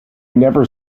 never